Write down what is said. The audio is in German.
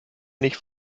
nicht